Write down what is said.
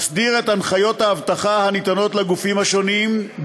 מסדיר את הנחיות האבטחה הניתנות לגופים שונים,